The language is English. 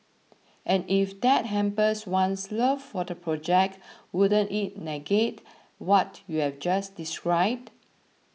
and if that hampers one's love for the subject wouldn't it negate what you've just described